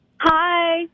Hi